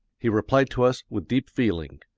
he replied to us, with deep feeling,